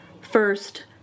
first